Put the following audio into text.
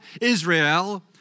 Israel